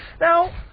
now